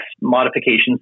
modifications